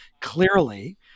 Clearly